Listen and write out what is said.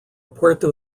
puerto